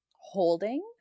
holding